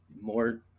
More